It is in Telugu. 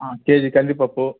కేజీ కందిపప్పు